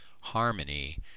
harmony